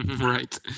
Right